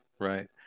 right